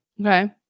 Okay